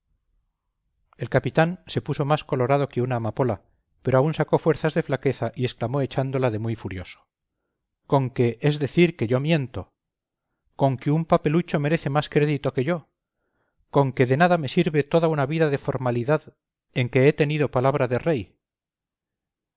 el capitán se puso más colorado que una amapola pero aun sacó fuerzas de flaqueza y exclamó echándola de muy furioso conque es decir que yo miento conque un papelucho merece más crédito que yo conque de nada me sirve toda una vida de formalidad en que he tenido palabra de rey